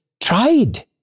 tried